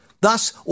Thus